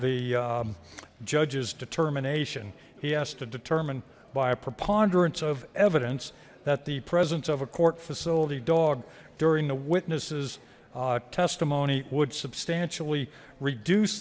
the judges determination he has to determine by a preponderance of evidence that the presence of a court facility dog during the witness's testimony would substantially reduce